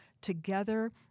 together